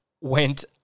went